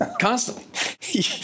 Constantly